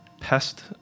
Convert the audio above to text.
pest